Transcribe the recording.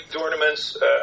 tournaments